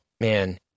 man